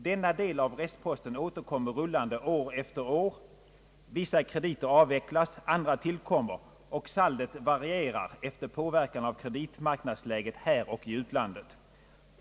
Denna del av restposten återkommer rullande år efter år, vissa krediter avvecklas, andra tillkommer, och saldot varierar efter påverkan av kreditmarknadsläget här och i utlandet.